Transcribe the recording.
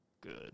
good